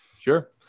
Sure